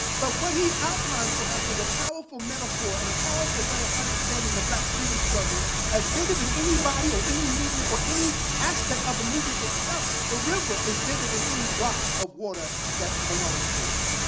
but what he outlined for us was a powerful metaphor and a powerful way of understanding the black freedom struggle as bigger than anybody, any movement, or any aspect of the movement itself. the river is bigger than any drop of water that belongs to it.